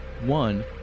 One